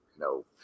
no